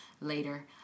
later